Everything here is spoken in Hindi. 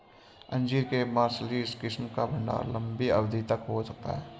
अंजीर के मार्सलीज किस्म का भंडारण लंबी अवधि तक हो सकता है